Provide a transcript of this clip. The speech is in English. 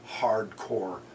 hardcore